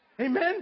Amen